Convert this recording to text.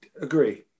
agree